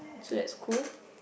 so that's cool